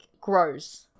grows